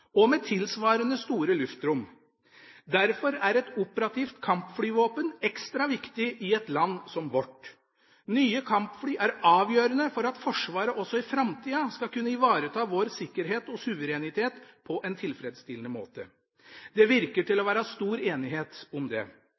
og med tilsvarende store luftrom. Derfor er et operativt kampflyvåpen ekstra viktig i et land som vårt. Nye kampfly er avgjørende for at Forsvaret også i framtida skal kunne ivareta vår sikkerhet og suverenitet på en tilfredsstillende måte. Det virker å være stor enighet om det.